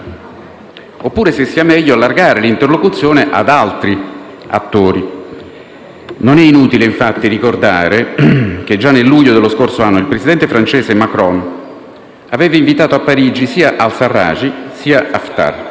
o se sia meglio allargare l'interlocuzione ad altri attori. Non è inutile, infatti, ricordare che già nel luglio dello scorso anno il presidente francese Macron aveva invitato a Parigi sia al-Sarraj sia Haftar.